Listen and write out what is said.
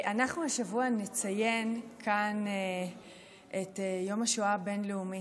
אנחנו השבוע נציין כאן את יום השואה הבין-לאומי.